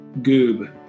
Goob